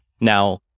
Now